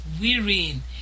wearying